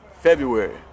february